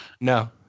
No